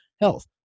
health